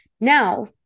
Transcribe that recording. Now